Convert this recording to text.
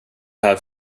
här